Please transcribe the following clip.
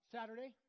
Saturday